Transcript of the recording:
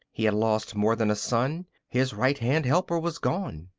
he had lost more than a son his right-hand helper was gone.